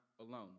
alone